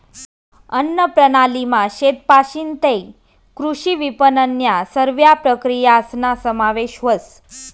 अन्नप्रणालीमा शेतपाशीन तै कृषी विपनननन्या सरव्या प्रक्रियासना समावेश व्हस